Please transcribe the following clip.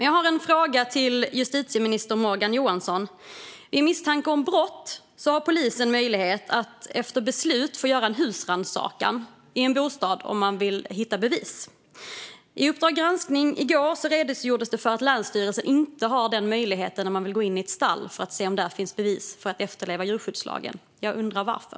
Jag har en fråga till justitieminister Morgan Johansson. Vid misstanke om brott har polisen möjlighet att efter beslut få göra en husrannsakan i en bostad, om man vill hitta bevis. I Uppdrag granskning i går redogjordes för att länsstyrelser inte har denna möjlighet när man vill gå in i ett stall för att se om där finns bevis, för att efterleva djurskyddslagen. Jag undrar varför.